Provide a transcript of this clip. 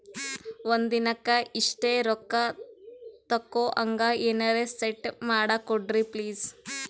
ಒಂದಿನಕ್ಕ ಇಷ್ಟೇ ರೊಕ್ಕ ತಕ್ಕೊಹಂಗ ಎನೆರೆ ಸೆಟ್ ಮಾಡಕೋಡ್ರಿ ಪ್ಲೀಜ್?